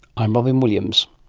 i'm robyn williams